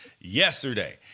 yesterday